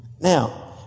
Now